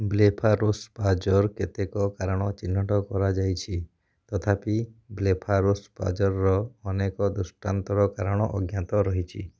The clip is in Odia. ବ୍ଲେଫାରୋସ୍ପାଜ୍ମ୍ର କେତେକ କାରଣ ଚିହ୍ନଟ କରାଯାଇଛି ତଥାପି ବ୍ଲେଫାରୋସ୍ପାଜ୍ମ୍ର ଅନେକ ଦୃଷ୍ଟାନ୍ତର କାରଣ ଅଜ୍ଞାତ ରହିଛି